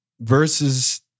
versus